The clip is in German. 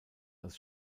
als